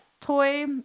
toy